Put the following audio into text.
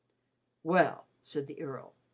well, said the earl,